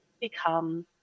become